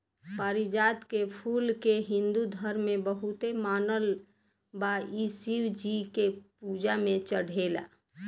पारिजात के फूल के हिंदू धर्म में बहुते मानल बा इ शिव जी के पूजा में चढ़ेला